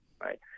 right